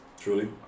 truly